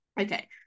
Okay